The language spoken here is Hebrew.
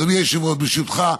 אדוני היושב-ראש, ברשותך,